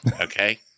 Okay